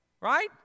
right